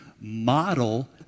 model